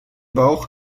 bauch